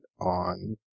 on